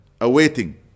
awaiting